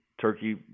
turkey